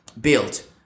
built